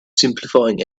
simplifying